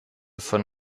von